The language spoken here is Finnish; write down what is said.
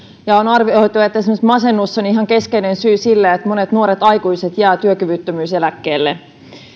ja on arvioitu että esimerkiksi masennus on ihan keskeinen syy siihen että monet nuoret aikuiset jäävät työkyvyttömyyseläkkeelle